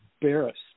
embarrassed